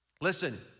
Listen